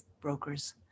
brokers